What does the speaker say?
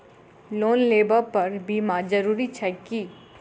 Loan लेबऽ पर बीमा जरूरी छैक की?